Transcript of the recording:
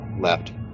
left